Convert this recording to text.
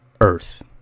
earth